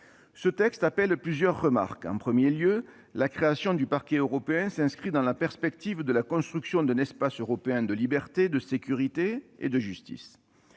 Ce texte appelle plusieurs remarques. En premier lieu, la création du Parquet européen s'inscrit dans la perspective de la construction d'un espace européen de liberté, de sécurité et de justice.